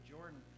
Jordan